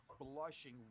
blushing